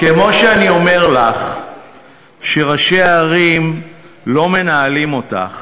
כמו שאני אומר לך שראשי הערים לא מנהלים אותך,